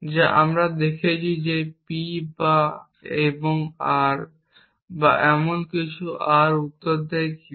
যা আমরা দেখেছি যে P এবং R বা এরকম কিছু R উত্তর দেয় Q